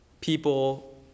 people